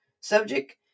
Subject